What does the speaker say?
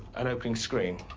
an opening screen.